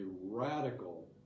radical